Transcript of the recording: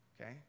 Okay